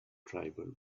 tribal